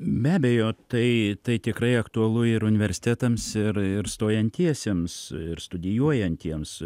be abejo tai tai tikrai aktualu ir universitetams ir ir stojantiesiems ir studijuojantiems